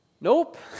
Nope